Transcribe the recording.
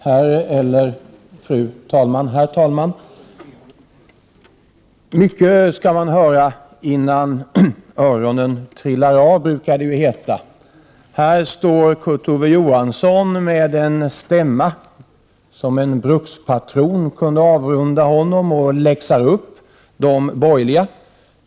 Fru talman! Mycket skall man höra innan öronen trillar av, brukar det heta. Här står Kurt Ove Johansson och läxar upp de borgerliga med en stämma som en brukspatron kunde avundas honom.